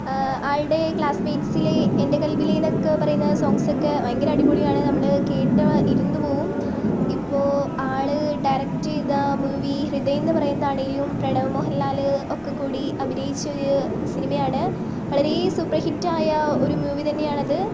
ആളുടെ ക്ലാസ്സ്മേറ്റ്സിലെ എൻ്റെ ഖല്ബിലെ എന്നൊക്കെ പറയുന്ന സോങ്ങ്സൊക്കെ ഭയങ്കര അടിപൊളിയാണ് നമ്മൾ കേട്ട് ഇരുന്നുപോവും ഇപ്പോൾ ആൾ ഡയറക്ട് ചെയ്ത മൂവി ഹൃദയം എന്നു പറയുന്നതാണെങ്കിലും പ്രണവ് മോഹൻലാൽ ഒക്കെക്കൂടി അഭിനയിച്ച ഒരു സിനിമയാണ് വളരേ സൂപ്പർഹിറ്റായ ഒരു മൂവി തന്നെയാണത്